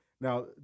now